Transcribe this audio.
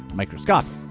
microscopic.